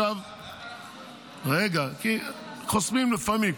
למה --- חוסמים לפעמים.